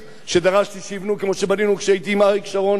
שדרשתי שיבנו כמו שבנינו כשהייתי עם אריק שרון,